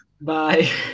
Bye